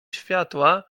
światła